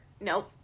nope